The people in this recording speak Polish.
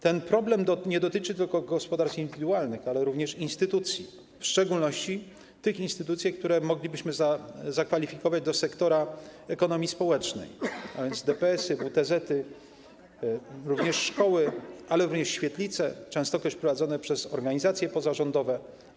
Ten problem nie dotyczy tylko gospodarstw indywidualnych, ale również instytucji, w szczególności tych instytucji, które moglibyśmy zakwalifikować do sektora ekonomii społecznej, a więc to DPS-y, WTZ-y, szkoły, ale również świetlice, często też prowadzone przez organizacje pozarządowe.